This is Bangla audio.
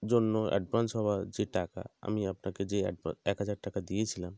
জন্য অ্যাডভান্স হওয়া যে টাকা আমি আপনাকে যে এক হাজার টাকা দিয়েছিলাম